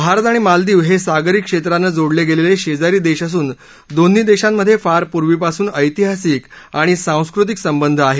भारत आणि मालदिव हे सागरी क्षेत्राने जोडले गेलेले शेजारी देश असून दोन्ही देशांमध्ये फार पूर्वीपासून ऐतिहासिक आणि सांस्कृतिक संबंध आहेत